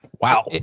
Wow